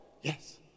Yes